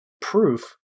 proof